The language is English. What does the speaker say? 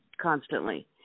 constantly